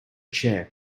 chair